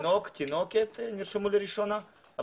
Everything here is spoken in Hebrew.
התינוק או התינוקת נרשמו לראשונה,